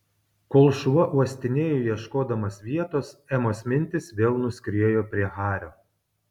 kol šuo uostinėjo ieškodamas vietos emos mintys vėl nuskriejo prie hario